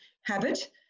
habit